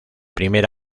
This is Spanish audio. primer